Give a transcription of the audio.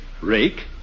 rake